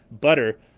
butter